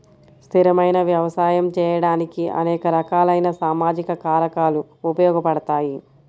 స్థిరమైన వ్యవసాయం చేయడానికి అనేక రకాలైన సామాజిక కారకాలు ఉపయోగపడతాయి